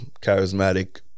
charismatic